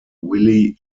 willie